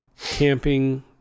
camping